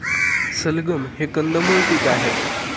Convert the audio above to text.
सलगम हे कंदमुळ पीक आहे